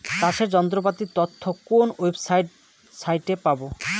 চাষের যন্ত্রপাতির তথ্য কোন ওয়েবসাইট সাইটে পাব?